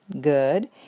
Good